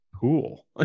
cool